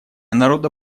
народа